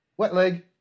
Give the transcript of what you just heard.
Wetleg